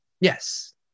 Yes